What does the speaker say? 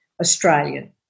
Australian